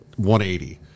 180